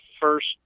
first